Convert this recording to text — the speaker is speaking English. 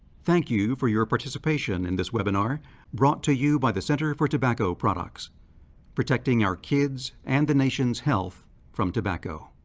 thank you for your participation in this webinar brought to you by the center for tobacco products protecting our kids, and the nation's health from tobacco.